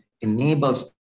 enables